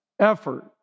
effort